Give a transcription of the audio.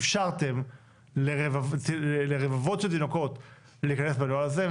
אפשרתם לרבבות של תינוקות להיכנס בנוהל הזה.